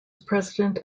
president